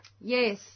Yes